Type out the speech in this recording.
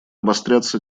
обостряться